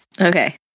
Okay